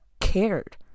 cared